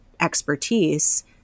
expertise